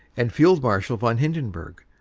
and field marshal von hindenburg,